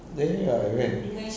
ya ya ya ya I went